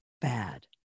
bad